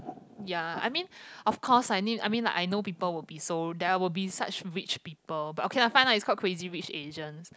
ya I mean of course I knew I mean like I know people will be so there will be such rich people but okay lah fine lah is called Crazy Rich Asians